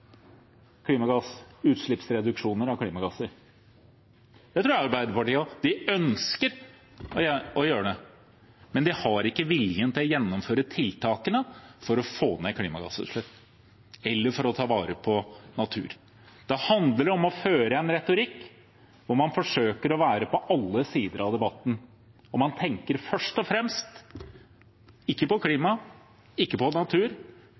av klimagasser. Det tror jeg Arbeiderpartiet også gjør: De ønsker å gjøre det, men de har ikke viljen til å gjennomføre tiltakene for å få ned klimagassutslippene eller for å ta vare på natur. Det handler om å føre en retorikk hvor man forsøker å være på alle sider av debatten, og det man først og fremst tenker på, er ikke klima, ikke natur,